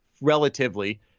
relatively